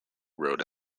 wrote